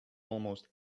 almost